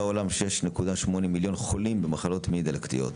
העולם 6.8 מיליון חולים במחלות מעי דלקתיות.